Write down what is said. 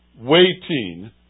Waiting